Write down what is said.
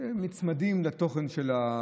נצמדים לתוכן של החוק.